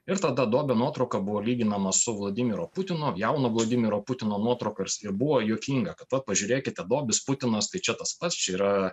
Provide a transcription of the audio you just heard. ir tada dobio nuotrauka buvo lyginama su vladimiro putino jauno vladimiro putino nuotrauka ir buvo juokinga kad vat pažiūrėkite dobis putinas tai čia tas pats čia yra